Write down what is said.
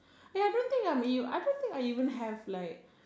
eh I don't think I'm eel I don't think I even have like